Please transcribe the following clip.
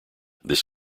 this